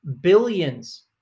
billions